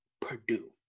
Purdue